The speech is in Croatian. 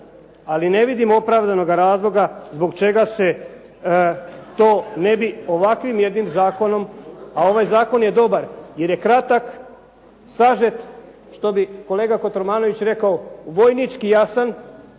ali ne vidimo opravdanoga razloga zbog čega se to ne bi ovakvim jednim zakonom, a ovaj zakon je dobar jer je kratak, sažet, što bi kolega Kotromanović rekao, vojnički jasan